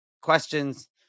questions